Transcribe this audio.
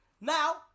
Now